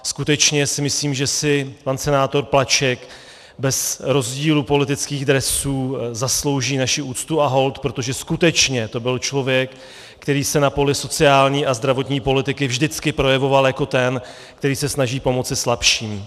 Skutečně si myslím, že si pan senátor Plaček bez rozdílu politických dresů zaslouží naši úctu a hold, protože to skutečně byl člověk, který se na poli sociální a zdravotní politiky vždycky projevoval jako ten, který se snaží pomoci slabším.